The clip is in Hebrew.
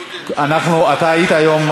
אתה היית היום,